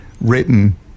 written